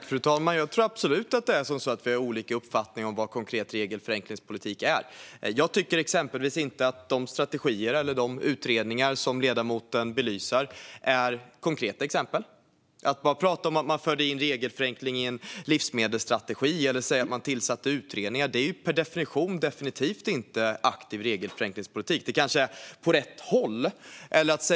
Fru talman! Jag tror absolut att vi har olika uppfattningar om vad konkret regelförenklingspolitik är. Jag tycker exempelvis inte att de strategier eller de utredningar som ledamoten belyser är konkreta exempel. Att man förde in regelförenkling i en livsmedelsstrategi eller att man tillsatte utredningar är per definition definitivt inte en aktiv regelförenklingspolitik - men det kanske är åt rätt håll.